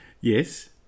Yes